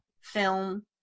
film